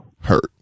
hurt